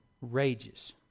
rages